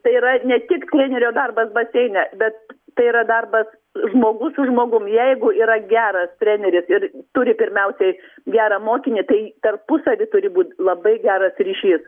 tai yra ne tik trenerio darbas baseine bet tai yra darbas žmogus su žmogum jeigu yra geras treneris ir turi pirmiausiai gerą mokinį tai tarpusavy turi būt labai geras ryšys